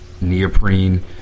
Neoprene